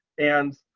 and,